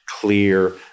clear